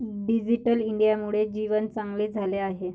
digital इंडियामुळे जीवन चांगले झाले आहे